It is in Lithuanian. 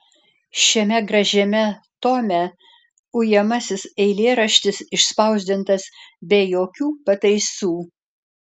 šiame gražiame tome ujamasis eilėraštis išspausdintas be jokių pataisų